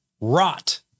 rot